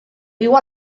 viu